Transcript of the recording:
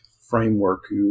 framework